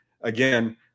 again